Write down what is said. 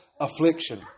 Affliction